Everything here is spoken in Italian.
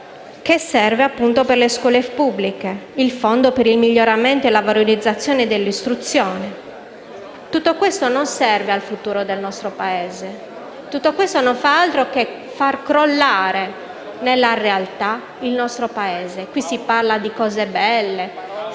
che serve per le scuole pubbliche, il Fondo per il miglioramento e la valorizzazione dell'istruzione. Tutto questo non serve al futuro del nostro Paese e non fa altro che far crollare il nostro Paese nella realtà. Qui si parla di cose belle, di